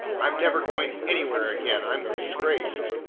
i'm never going anywhere again i'm disgraced!